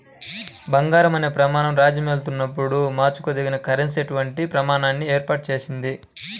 బంగారం అనే ప్రమాణం రాజ్యమేలుతున్నప్పుడు మార్చుకోదగిన కరెన్సీ అటువంటి ప్రమాణాన్ని ఏర్పాటు చేసింది